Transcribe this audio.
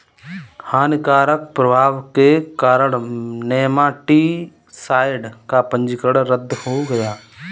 हानिकारक प्रभाव के कारण नेमाटीसाइड का पंजीकरण रद्द हो गया